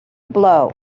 blow